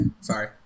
Sorry